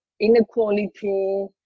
inequality